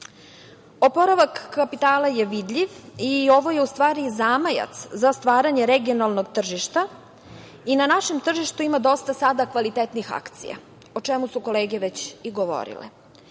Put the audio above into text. kapitala je vidljiv i ovo je u stvari zamajac za stvaranje regionalnog tržišta i na našem tržištu ima dosta sada kvalitetnih akcija, o čemu su kolege već govorile.